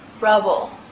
rubble